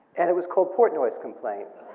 and it was called portnoy's complaint.